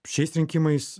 šiais rinkimais